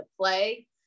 play